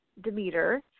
Demeter